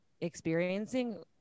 experiencing